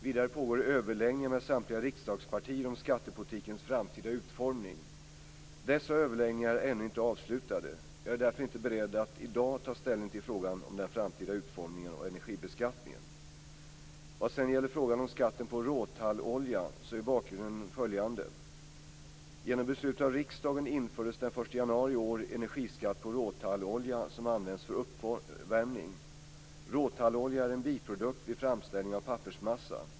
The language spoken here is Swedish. Vidare pågår överläggningar med samtliga riksdagspartier om skattepolitikens framtida utformning. Dessa överläggningar är ännu inte avslutade. Jag är därför inte beredd att i dag ta ställning till frågan om den framtida utformningen av energibeskattningen. Vad sedan gäller frågan om skatten på råtallolja är bakgrunden den följande. Genom beslut av riksdagen infördes den 1 januari i år energiskatt på råtallolja, som används för uppvärmning. Råtallolja är en biprodukt vid framställningen av pappersmassa.